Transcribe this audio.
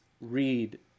read